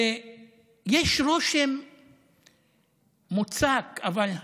ויש רושם מוצק, חזק,